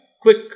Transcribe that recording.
quick